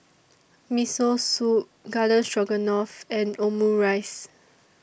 Miso Soup Garden Stroganoff and Omurice